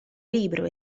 libro